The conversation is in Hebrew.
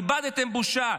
איבדתם בושה.